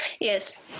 Yes